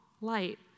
light